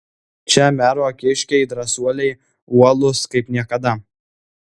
čia mero kiškiai drąsuoliai uolūs kaip niekada